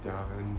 ya then